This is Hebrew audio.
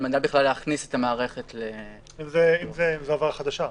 על מנת להכניס את המערכת --- אם זו עבירה חדשה?